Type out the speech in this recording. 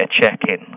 check-in